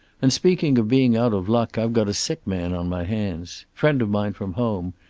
and speaking of being out of luck, i've got a sick man on my hands. friend of mine from home.